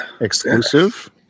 exclusive